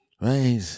right